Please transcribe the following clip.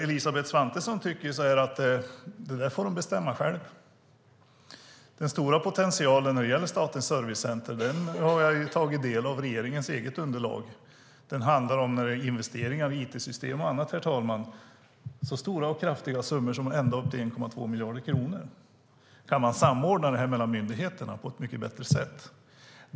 Elisabeth Svantesson tycker att det där får Arbetsförmedlingen bestämma själv. Den stora potentialen när det gäller Statens servicecenter har jag tagit del av i regeringens eget underlag. Den handlar om investeringar i it-system och annat, herr talman, på så stora och kraftiga summor som ända upp till 1,2 miljarder kronor. Kan man samordna detta mellan myndigheterna på ett mycket bättre sätt?